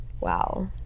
Wow